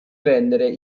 rendere